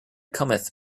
cometh